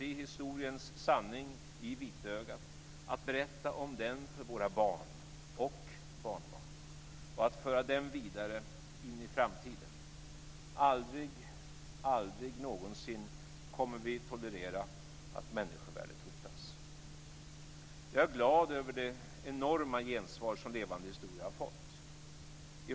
Aldrig, aldrig någonsin kommer vi att tolerera att människovärdet hotas. Jag är glad över det enorma gensvar som Levande historia har fått.